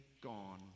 gone